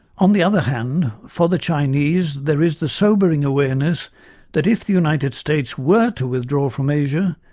on the other hand, for the chinese there is the sobering awareness that if the united states were to withdraw from asia,